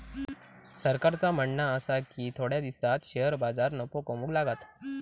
सरकारचा म्हणणा आसा की थोड्या दिसांत शेअर बाजार नफो कमवूक लागात